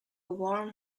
warm